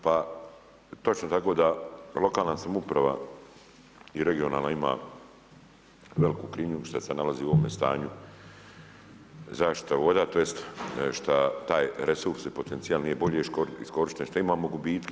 Pa točno tako da lokalna samouprava i regionalna ima veliku krivnju što se nalazi u ovome stanju zaštite voda tj. šta taj resurs i potencijal nije bolje iskorišten i što imamo gubitke.